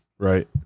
Right